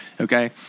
okay